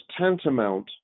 tantamount